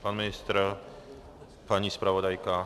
Pan ministr, paní zpravodajka?